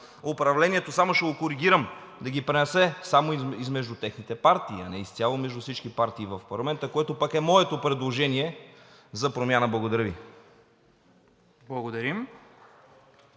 управлението. Само ще го коригирам: да ги пренесе само измежду техните партии, а не изцяло между всички партии в парламента, което пък е моето предложение за промяна. Благодаря Ви. ПРЕДСЕДАТЕЛ